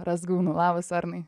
razgūnu labas arnai